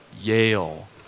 Yale